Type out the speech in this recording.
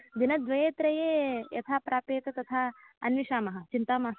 दिनद्वये त्रये यथा प्राप्येत तथा अन्विषामः चिन्ता मास्तु